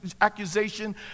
accusation